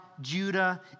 Judah